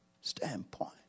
standpoint